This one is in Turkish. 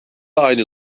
aynı